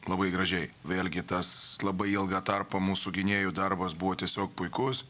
labai gražiai vėlgi tas labai ilgą tarpą mūsų gynėjų darbas buvo tiesiog puikus